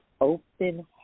open